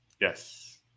yes